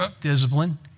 Discipline